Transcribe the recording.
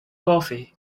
coffee